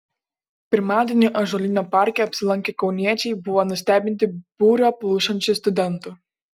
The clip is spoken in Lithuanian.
pirmadienį ąžuolyno parke apsilankę kauniečiai buvo nustebinti būrio plušančių studentų